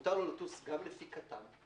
מותר לו לטוס גם לפי כט"מ,